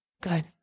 good